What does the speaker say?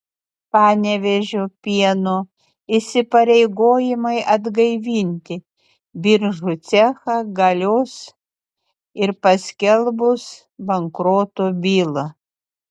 panevėžio pieno įsipareigojimai atgaivinti biržų cechą galios ir paskelbus bankroto bylą